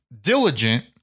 diligent